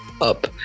up